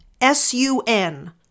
S-U-N